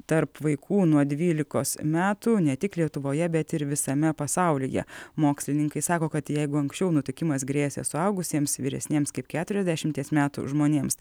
tarp vaikų nuo dvylikos metų ne tik lietuvoje bet ir visame pasaulyje mokslininkai sako kad jeigu anksčiau nutukimas grėsė suaugusiems vyresniems kaip keturiasdešimties metų žmonėms